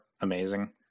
amazing